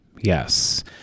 yes